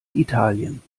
italien